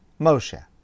Moshe